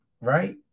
right